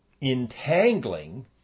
entangling